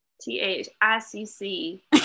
T-H-I-C-C